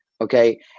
okay